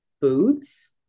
foods